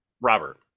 Robert